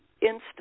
instant